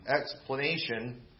explanation